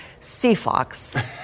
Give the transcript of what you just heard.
Seafox